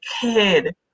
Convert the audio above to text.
kid